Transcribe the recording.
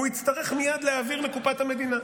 הוא יצטרך מייד להעביר לקופת המדינה,